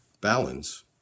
Balance